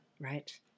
Right